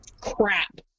Crap